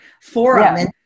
forum